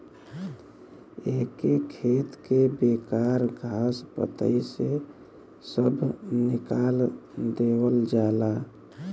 एके खेत के बेकार घास पतई से सभ निकाल देवल जाला